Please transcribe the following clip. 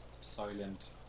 silent